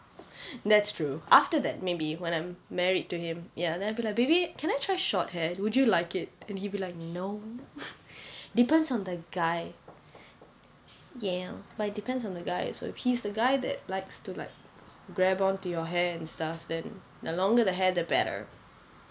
that's true after that maybe when I'm married to him ya then I feel like baby can I try short hair would you like it and he'll be like you no depends on the guy ya like depends on the guy so if he's the guy that likes to like grab onto your hair and stuff then the longer the hair the better